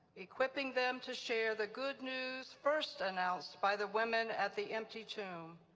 equipping them to share the good news first announced by the women at the empty tomb.